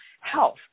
health